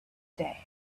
day